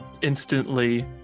Instantly